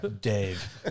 Dave